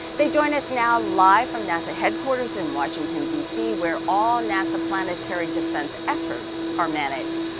they join us now, live from nasa headquarters in washington dc, where all nasa planetary defense efforts are managed.